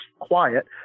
quiet